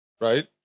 right